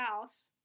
house